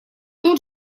тут